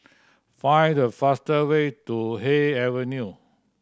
find the faster way to Haig Avenue